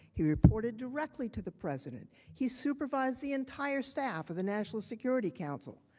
he reported directly to the president. he supervised the entire staff of the national security council.